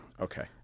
Okay